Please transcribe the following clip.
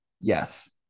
Yes